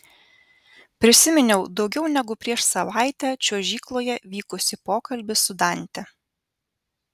prisiminiau daugiau negu prieš savaitę čiuožykloje vykusį pokalbį su dante